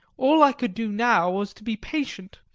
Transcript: all i could do now was to be patient,